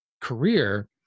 career